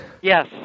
Yes